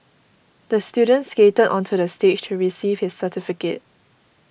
the student skated onto the stage to receive his certificate